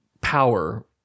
power